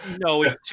no